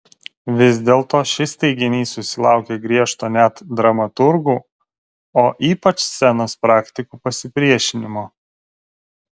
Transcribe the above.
vis dėlto šis teiginys susilaukė griežto net dramaturgų o ypač scenos praktikų pasipriešinimo